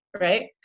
right